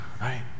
right